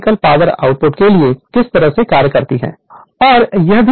अधिकतम power transfer theorem का उपयोग करें फिगर 3 पर जाएं और स्थिति से इसे बना सकते हैं